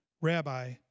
Rabbi